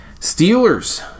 Steelers